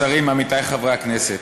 השרים, עמיתי חברי הכנסת,